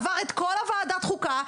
עבר את כל ועדת חוקה,